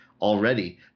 already